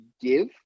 give